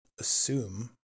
assume